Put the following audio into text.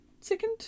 second